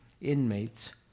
inmates